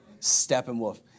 Steppenwolf